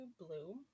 blue